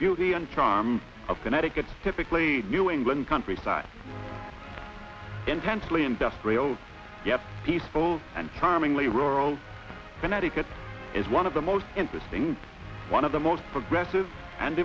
beauty and charm of connecticut typically new england countryside intensely industrial peaceful and timing lee rural connecticut is one of the most interesting one of the most progressive and